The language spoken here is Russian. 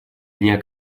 дня